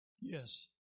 Yes